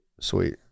Sweet